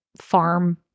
farm